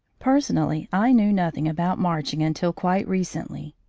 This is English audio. personally i knew nothing about marching until quite recently.